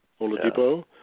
Oladipo